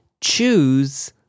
choose